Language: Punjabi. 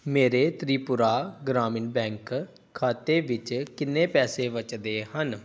ਮੇਰੇ ਤ੍ਰਿਪੁਰਾ ਗ੍ਰਾਮੀਣ ਬੈਂਕ ਖਾਤੇ ਵਿੱਚ ਕਿੰਨੇ ਪੈਸੇ ਬਚਦੇ ਹਨ